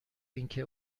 اینکه